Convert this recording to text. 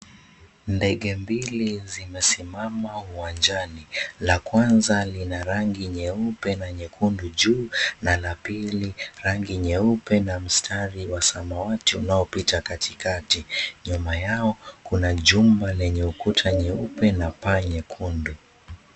Ndege mbili zimesimama uwanjani, lakwanza lina rangi nyeupe na nyekundu juu na lapili rangi nyeupe na mstari wa samawati unaopita katikati. Nyuma yao kuna jumba lenye kuta nyeupe na paa nyekundu.